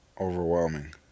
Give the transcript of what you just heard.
overwhelming